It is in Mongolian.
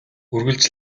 үргэлж